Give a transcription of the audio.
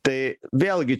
tai vėlgi